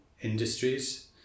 industries